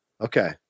Okay